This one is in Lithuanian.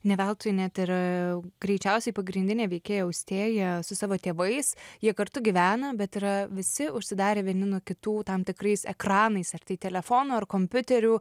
ne veltui net ir greičiausiai pagrindinė veikėja austėja su savo tėvais jie kartu gyvena bet yra visi užsidarę vieni nuo kitų tam tikrais ekranais ar tai telefonų ar kompiuterių